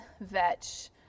vetch